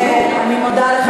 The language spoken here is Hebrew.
אני מודה לך,